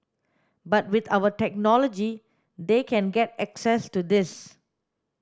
but with our technology they can get access to this